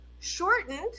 shortened